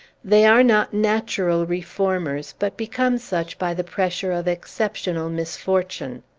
they are not natural reformers, but become such by the pressure of exceptional misfortune.